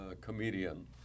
comedian